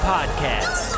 Podcast